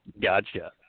Gotcha